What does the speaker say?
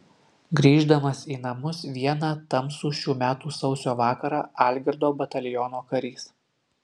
grįždamas į namus vieną tamsų šių metų sausio vakarą algirdo bataliono karys